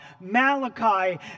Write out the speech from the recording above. Malachi